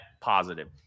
positive